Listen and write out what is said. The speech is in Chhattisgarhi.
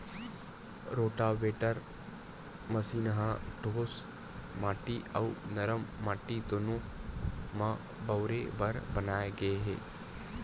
रोटावेटर मसीन ह ठोस माटी अउ नरम माटी दूनो म बउरे बर बनाए गे हे